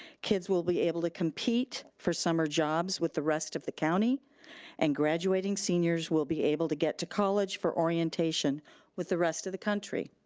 kids will be able to compete for summer jobs with the rest of the county and graduating seniors will be able to get to college for orientation with the rest of the country.